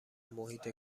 محیط